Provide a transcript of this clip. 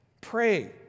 Pray